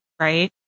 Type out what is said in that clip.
right